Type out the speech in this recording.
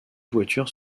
voitures